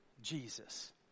Jesus